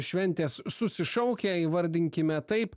šventės susišaukia įvardinkime taip